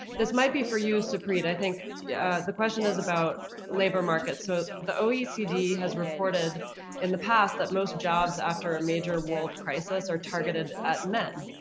this might be for you supreet. i think yeah the question is about labor market. so the oacd has reported in the past that most jobs after a major world crisis are targeted at men.